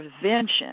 prevention